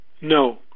No